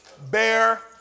bear